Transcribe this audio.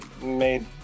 made